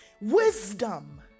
wisdom